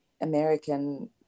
American